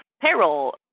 payroll